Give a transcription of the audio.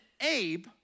Abe